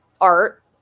art